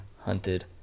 hunted